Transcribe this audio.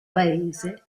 paese